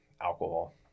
alcohol